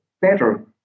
better